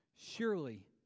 Surely